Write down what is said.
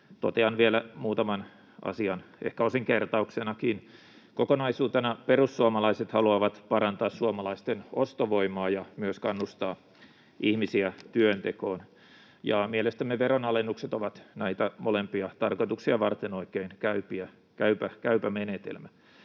totean vielä muutaman asian ehkä osin kertauksenakin. Kokonaisuutena perussuomalaiset haluavat parantaa suomalaisten ostovoimaa ja myös kannustaa ihmisiä työntekoon, ja mielestämme veronalennukset ovat näitä molempia tarkoituksia varten oikein käypä menetelmä.